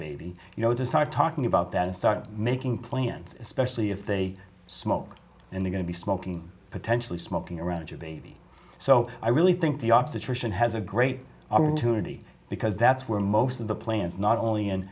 you know to start talking about that and start making plans especially if they smoke and are going to be smoking potentially smoking around your baby so i really think the obstetrician has a great opportunity because that's where most of the plans not only in